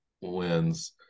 wins